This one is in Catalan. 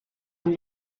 amb